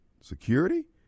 security